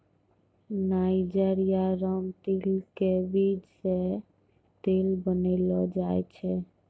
niger या रामतिल के बीज सॅ तेल बनैलो जाय छै